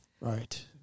Right